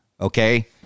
okay